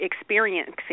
experiencing